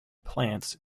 plants